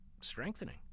strengthening